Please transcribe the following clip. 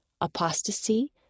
Apostasy